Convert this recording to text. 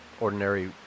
ordinary